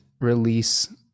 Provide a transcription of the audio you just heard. release